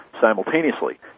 simultaneously